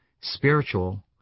spiritual